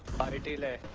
by the delay